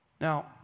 Now